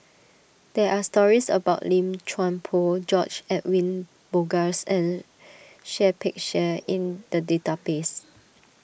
there are stories about Lim Chuan Poh George Edwin Bogaars and Seah Peck Seah in the database